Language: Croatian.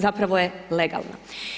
Zapravo je-legalna.